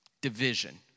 Division